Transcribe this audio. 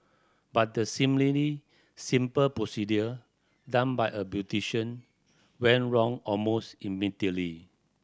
but the seemingly simple procedure done by a beautician went wrong almost immediately